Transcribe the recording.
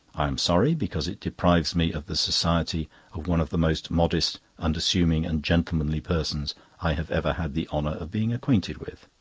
i am sorry, because it deprives me of the society of one of the most modest, unassuming, and gentlemanly persons i have ever had the honour of being acquainted with.